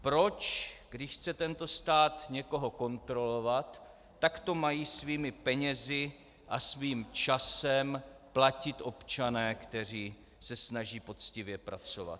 Proč, když chce tento stát někoho kontrolovat, tak to mají svými penězi a svým časem platit občané, kteří se snaží poctivě pracovat?